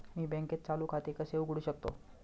मी बँकेत चालू खाते कसे उघडू शकतो?